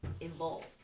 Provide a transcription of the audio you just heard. involved